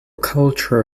culture